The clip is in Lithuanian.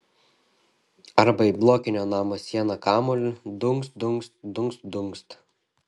arba į blokinio namo sieną kamuoliu dunkst dunkst dunkst dunkst